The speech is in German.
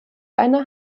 eine